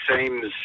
seems